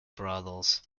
brothels